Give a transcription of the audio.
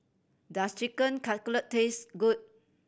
does Chicken Cutlet taste good